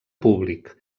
públic